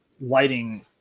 lighting